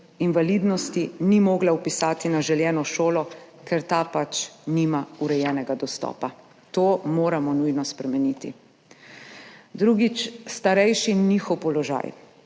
invalidnosti ni mogla vpisati na želeno šolo, ker ta pač nima urejenega dostopa. To moramo nujno spremeniti. Drugič. Starejši in njihov položaj.